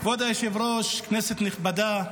כבוד היושב-ראש, כנסת נכבדה,